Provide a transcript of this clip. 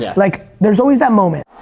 yeah like, there's always that moment